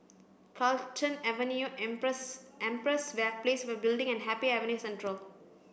Carlton Avenue Empress Empress Building and Happy Avenue Central